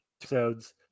episodes